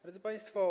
Drodzy Państwo!